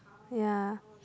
ya